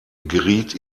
geriet